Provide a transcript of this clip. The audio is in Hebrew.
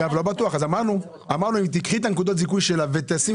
נעמה, אבל הכפלנו את מענק העבודה